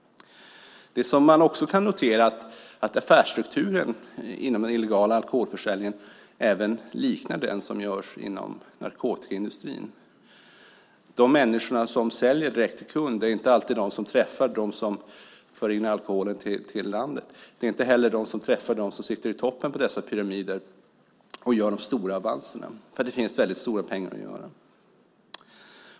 Man kan också notera att även affärsstrukturen inom den illegala alkoholförsäljningen liknar den som finns inom narkotikaindustrin. De människor som säljer direkt till kund är inte alltid de som träffar dem som för in alkoholen i landet. Det är inte heller de som träffar dem som sitter i toppen på dessa pyramider och gör de stora avanserna. Det finns stora pengar att göra.